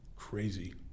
Crazy